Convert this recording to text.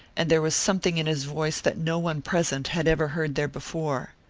and there was something in his voice that no one present had ever heard there before.